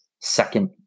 second